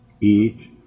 eat